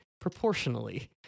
proportionally